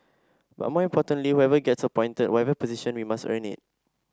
but more importantly whoever gets appointed whatever position we must earn it